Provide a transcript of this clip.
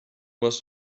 must